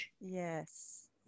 yes